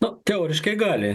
nu teoriškai gali